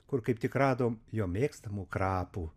kur kaip tik radom jo mėgstamų krapų